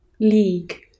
league